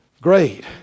great